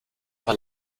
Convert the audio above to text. war